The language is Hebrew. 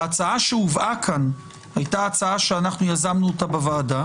וההצעה שהובאה כאן היתה הצעה שאנחנו יזמננו בוועדה,